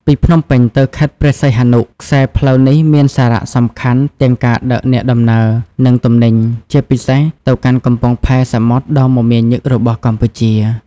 ពីភ្នំពេញទៅខេត្តព្រះសីហនុ ខ្សែផ្លូវនេះមានសារៈសំខាន់ទាំងការដឹកអ្នកដំណើរ និងទំនិញ ជាពិសេសទៅកាន់កំពង់ផែសមុទ្រដ៏មមាញឹករបស់កម្ពុជា។